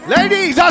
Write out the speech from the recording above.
Ladies